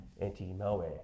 anti-malware